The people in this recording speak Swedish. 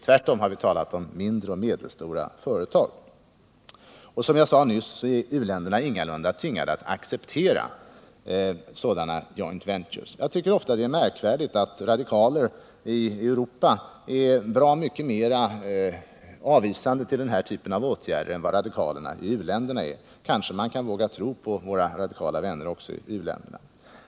Tvärtom har vi talat om mindre och medelstora företag. Som jag sade nyss är inte heller u-länderna tvingade att acceptera sådana joint ventures. Jag tycker ofta det är märkligt att radikaler i Europa är mer avvisande till den här typen av åtgärder än radikaler i u-länderna. Kanske man kan våga tro också på våra radikala vänner i u-länderna.